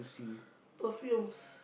perfumes